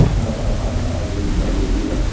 i wouldn't i wouldn't do that.